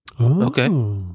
Okay